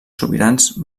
sobirans